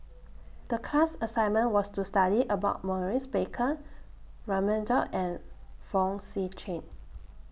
The class assignment was to study about Maurice Baker Raman Daud and Fong Sip Chee